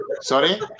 Sorry